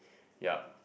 yup